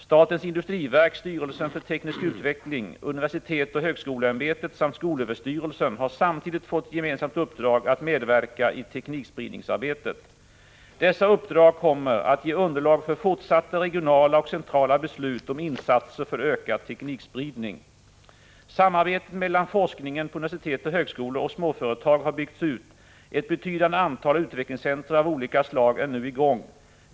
Statens industriverk, styrelsen för teknisk utveckling, universitetsoch högskoleämbetet samt skolöverstyrelsen har samtidigt fått gemensamt uppdrag att medverka i teknikspridningsarbetet. Dessa uppdrag kommer att ge underlag för fortsatta regionala och centrala beslut om insatser för ökad teknikspridning. Samarbetet mellan forskningen på universitet och högskolor och småföretag har byggts ut. Ett betydande antal utvecklingscentra av olika slag är nu i gång.